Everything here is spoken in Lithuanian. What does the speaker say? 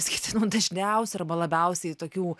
išskirtinų dažniausių arba labiausiai tokių